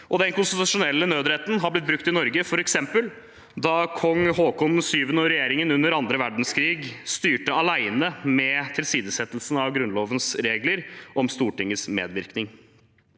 Den konstitusjonelle nødretten har blitt brukt i Norge f.eks. da kong Haakon VII og regjeringen under andre verdenskrig styrte alene med tilsidesettelsen av Grunnlovens regler om Stortingets medvirkning.